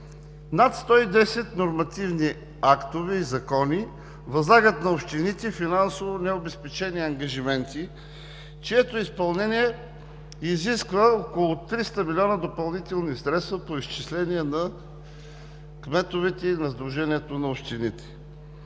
Над 110 нормативни актове и закони възлагат на общините финансово необезпечени ангажименти, чието изпълнение изисква около 300 млн. лв. допълнителни средства по изчисление на кметовете и на Сдружението на общините.